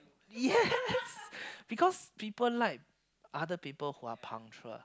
yes because people like other people who are punctual